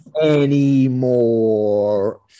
anymore